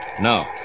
No